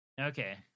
okay